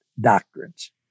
doctrines